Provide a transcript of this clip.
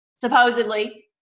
Supposedly